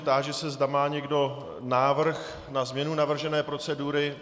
Táži se, zda má někdo návrh na změnu navržené procedury.